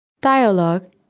Dialogue